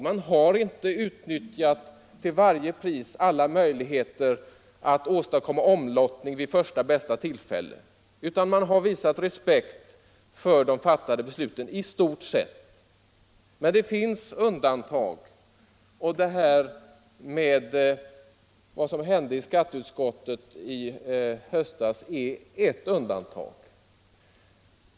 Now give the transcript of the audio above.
Man har inte till varje pris utnyttjat alla möjligheter att åstadkomma omlottning vid första bästa tillfälle, utan man har — i stort sett —- visat respekt för de fattade besluten. Det finns undantag, och vad som hände i skatteutskottet i höstas är ett sådant.